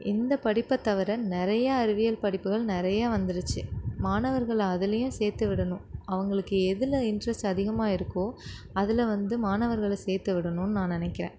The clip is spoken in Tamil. இந்த படிப்பை தவிர நிறைய அறிவியல் படிப்புகள் நிறைய வந்துடுச்சி மாணவர்களை அதிலையும் சேர்த்துவிடணும் அவங்களுக்கு எதில் இன்ட்ரெஸ்ட் அதிகமாக இருக்கோ அதில் வந்து மாணவர்களை சேர்த்து விடணும்னு நான் நினைக்கிறேன்